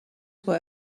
were